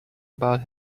about